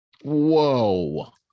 Whoa